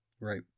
Right